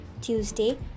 Tuesday